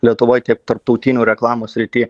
lietuvoj tiek tarptautinių reklamų srity